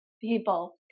people